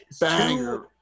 Banger